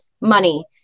money